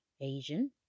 Asian